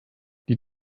die